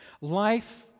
Life